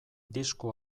disko